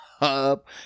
up